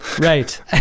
Right